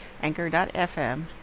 anchor.fm